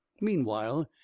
Meanwhile